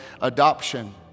adoption